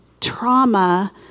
trauma